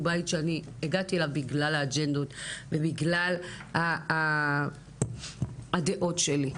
הוא בית שאני הגעתי אליו בגלל האג'נדות ובגלל הדעות שלי.